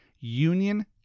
union